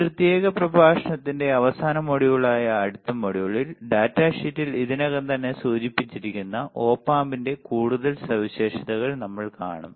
ഈ പ്രത്യേക പ്രഭാഷണത്തിന്റെ അവസാന മൊഡ്യൂളായ അടുത്ത മൊഡ്യൂളിൽ ഡാറ്റാ ഷീറ്റിൽ ഇതിനകം തന്നെ സൂചിപ്പിച്ചിരിക്കുന്ന ഒപ് ആമ്പിന്റെ കൂടുതൽ സവിശേഷതകൾ നമ്മൾ കാണും